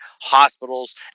hospitals